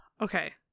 okay